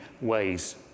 ways